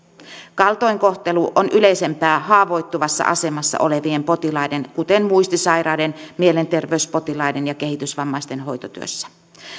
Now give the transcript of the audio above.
kaltoinkohtelu on yleisempää haavoittuvassa asemassa olevien potilaiden kuten muistisairaiden mielenterveyspotilaiden ja kehitysvammaisten hoitotyössä